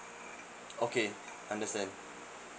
okay understand